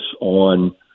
on